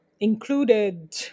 included